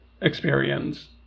experience